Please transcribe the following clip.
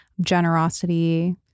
generosity